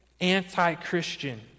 anti-Christian